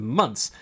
months